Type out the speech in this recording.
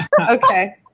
Okay